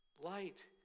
Light